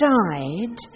died